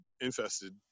infested